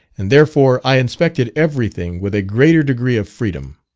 and therefore i inspected everything with a greater degree of freedom.